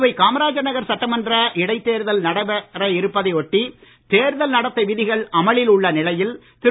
புதுவை காமராஜர் நகர் சட்டமன்ற இடைத் தேர்தல் நடைபெற இருப்பதை ஒட்டி தேர்தல் நடத்தை விதிகள் அமலில் உள்ள நிலையில் திரு